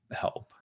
help